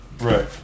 Right